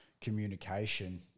communication –